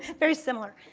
very similar.